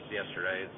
yesterday